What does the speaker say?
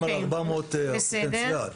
אנחנו מדברים על 400 שהם בפוטנציאל.